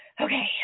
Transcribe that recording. Okay